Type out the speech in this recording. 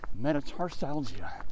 metatarsalgia